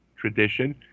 tradition